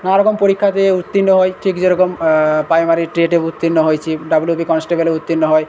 নানা রকম পরীক্ষা দিয়ে উত্তীর্ণ হই ঠিক যেরকম প্রাইমারি টেটে উত্তীর্ণ হয়েছি ডব্লিউবি কনস্টেবেলও উত্তীর্ণ হই